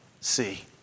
see